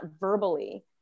verbally